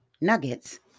Nuggets